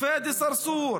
פאדי סרסור,